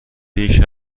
بیش